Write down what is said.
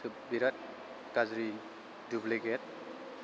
बिराद गाज्रि दुब्लिकेट